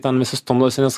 ten visi stumdosi nes